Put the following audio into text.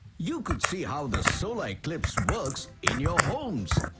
you could see how the solar eclipse works, in your homes!